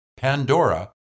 Pandora